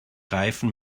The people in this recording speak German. reifen